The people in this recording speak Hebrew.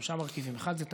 שלושה מרכיבים: אחד זה תקציב,